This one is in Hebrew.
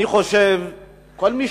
כל מי